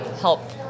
help